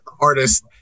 artist